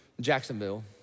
Jacksonville